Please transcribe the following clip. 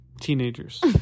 teenagers